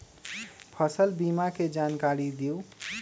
फसल बीमा के जानकारी दिअऊ?